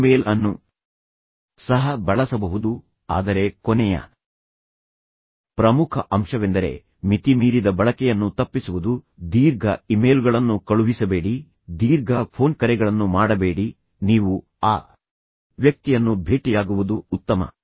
ನೀವು ಇಮೇಲ್ ಅನ್ನು ಸಹ ಬಳಸಬಹುದು ಆದರೆ ಕೊನೆಯ ಪ್ರಮುಖ ಅಂಶವೆಂದರೆ ಮಿತಿಮೀರಿದ ಬಳಕೆಯನ್ನು ತಪ್ಪಿಸುವುದು ದೀರ್ಘ ಇಮೇಲ್ಗಳನ್ನು ಕಳುಹಿಸಬೇಡಿ ದೀರ್ಘ ಫೋನ್ ಕರೆಗಳನ್ನು ಮಾಡಬೇಡಿ ನೀವು ಆ ವ್ಯಕ್ತಿಯನ್ನು ಭೇಟಿಯಾಗುವುದು ಉತ್ತಮ